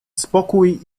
spokój